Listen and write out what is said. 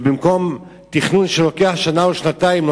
ובמקום שהתכנון ייקח שנה או שנתיים,